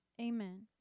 Amen